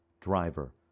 Driver